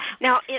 Now